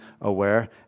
aware